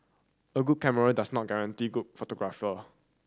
a good camera does not guarantee good photograph